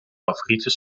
favoriete